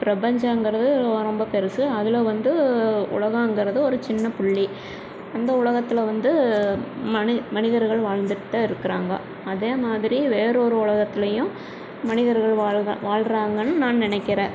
பிரபஞ்சங்கிறது ரொம்ப பெருசு அதில் வந்து உலகங்கறது ஒரு சின்ன புள்ளி அந்த உலகத்தில் வந்து மனி மனிதர்கள் வாழ்ந்துட்டுதான் இருக்கிறாங்க அதே மாதிரி வேறு ஒரு உலகத்திலையும் மனிதர்கள் வாழ்க வாழ்கிறாங்கன்னு நான் நினைக்கிறேன்